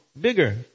bigger